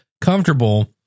comfortable